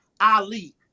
Ali